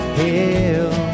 hell